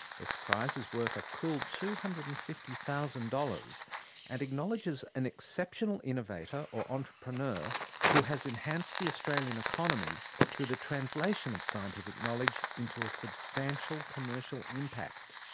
this prize is worth a cool two hundred and fifty thousand dollars and acknowledges an exceptional innovator or entrepreneur who has enhanced the australian economy through the translation of scientific knowledge into a substantial commercial impact.